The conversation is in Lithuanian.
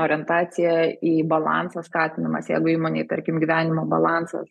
orientacija į balansą skatinamas jeigu įmonėj tarkim gyvenimo balansas